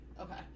Okay